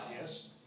Yes